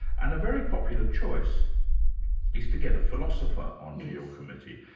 and a very popular choice is to get a philosopher on to your committee.